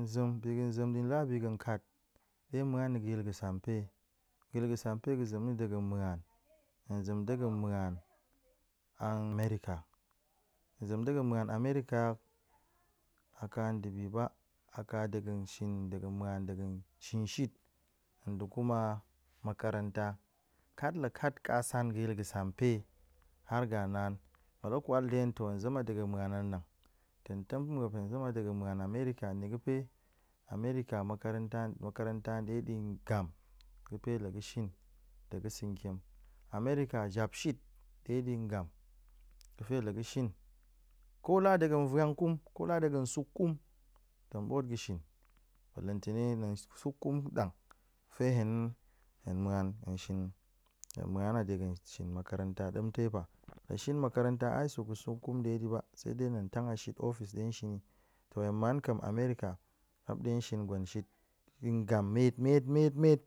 Nzem, biga̱n zem ɗin la a bi gəkat ɗe hen muen yi gəyil ga̱sampe yil ga̱sampe ga̱zem na̱ dega̱n muan, hen zem dega̱n muan a amerika, hen zem dega̱ muan amerika hok a ka nda̱ bi ba, aka dega̱n shin dega̱ muan shin shit nda̱ kuma makaranta, kat ba kat kasan ga̱yil ga̱sampe, har ga waan la ga̱ kwal nda̱ hen hen zem dega̱ muan a nnang, hen nong tem pa̱ muop, hen zem a dega̱ muan amerika, nnie ga̱pe amerika makaranka makaranta nɗeɗi ngam, ga̱pe la ga̱shin ta̱ ga̱sa̱ntiem, amerika jab shit nɗeɗi ngam, ga̱pe laga̱ shin ko la a dega̱ vuang kum ko la a dega̱ sup kum tong ɓoot ga̱shin belen tene hen nong sup kum nnang fa hen, hen muan hen shin hen muan a dega̱ shin makaranta ta̱ ɗemtei fa, la shin makaranta ai sup ga̱ sup kum ɗeɗi ba, tse dei hen tong tang a shit ofis ɗe hen shin yi, hen man kem amerika muop nɗe tong shin gwen shit yi ngam met met met met